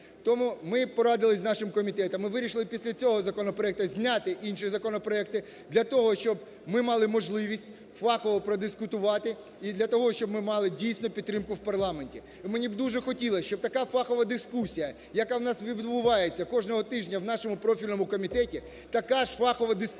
Тому ми порадилися з нашим комітетом, ми вирішили після цього законопроекту зняти інші законопроекти для того, щоб ми мали можливість фахово продискутувати і для того, щоб ми мали дійсно підтримку в парламенті. І мені б дуже хотілося, щоб така фахова дискусія, яка у нас відбувається кожного тижня у нашому профільному комітеті, така ж фахова дискусія